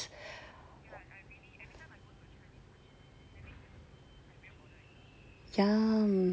yums